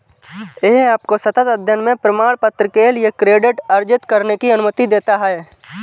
यह आपको सतत अध्ययन में प्रमाणपत्र के लिए क्रेडिट अर्जित करने की अनुमति देता है